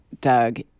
Doug